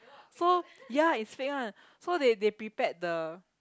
so ya it's fake one so they they prepared the